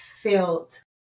felt